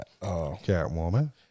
Catwoman